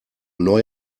neu